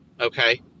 okay